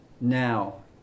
Now